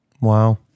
wow